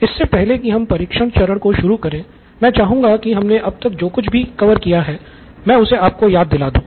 इससे पहले कि हम परीक्षण चरण को शुरू करें मैं चाहूँगा कि हमने अब तक जो कुछ भी कवर किया है मैं उसे आपको याद दिला दूँ